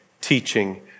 teaching